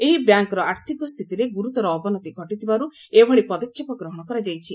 ଏହି ବ୍ୟାଙ୍କ୍ର ଆର୍ଥକ ସ୍ଥିତିରେ ଗୁରୁତର ଅବନତି ଘଟିଥିବାରୁ ଏଭଳି ପଦକ୍ଷେପ ଗ୍ରହଣ କରାଯାଇଛି